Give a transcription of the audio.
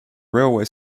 railway